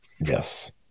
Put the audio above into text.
yes